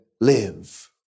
live